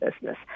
business